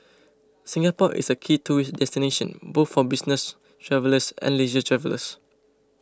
Singapore is a key tourist destination both for business travellers and leisure travellers